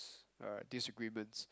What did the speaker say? disagreements